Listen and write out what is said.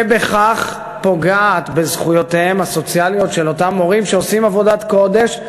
ובכך פוגעת בזכויותיהם הסוציאליות של אותם מורים שעושים עבודת קודש,